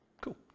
Cool